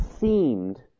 seemed